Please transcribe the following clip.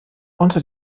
unter